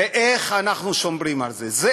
ואיך אנחנו שומרים על זה?